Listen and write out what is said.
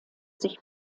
sich